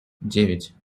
девять